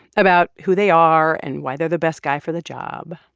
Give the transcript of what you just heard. about who they are and why they're the best guy for the job.